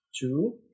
Two